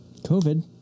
COVID